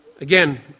again